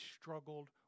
struggled